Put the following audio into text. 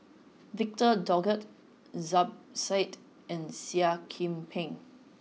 victor Doggett Zubir said and Seah Kian Peng